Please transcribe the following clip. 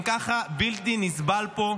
גם ככה בלתי נסבל פה,